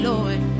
Lord